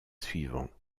suivants